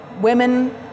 women